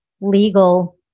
legal